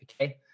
okay